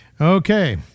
okay